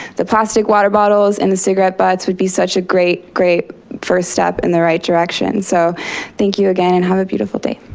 the plastic water bottles and the cigarette butts would be such a great, great first step in the right direction. so thank you again and have a beautiful day.